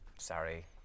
Sorry